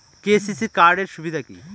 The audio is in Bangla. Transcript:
কে.সি.সি কার্ড এর সুবিধা কি?